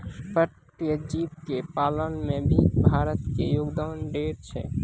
पर्पटीय जीव के पालन में भी भारत के योगदान ढेर छै